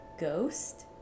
Ghost